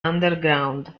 underground